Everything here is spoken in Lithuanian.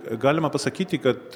galima pasakyti kad